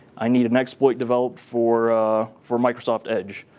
i need an exploit developed for for microsoft edge.